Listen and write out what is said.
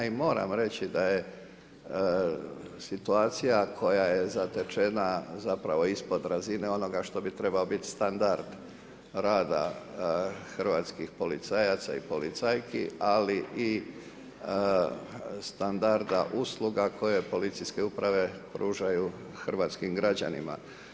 I moram reći, da je situacija, koja je zatečena zapravo ispod razine onoga što bi trebao biti standard rada hrvatskih policajaca i policajki, ali i standarda usluga, koje policijske uprave pružaju hrvatskim građanima.